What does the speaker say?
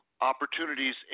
opportunities